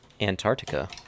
Antarctica